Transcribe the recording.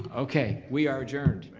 okay, we are adjourned.